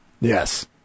Yes